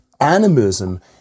Animism